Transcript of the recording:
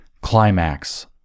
climax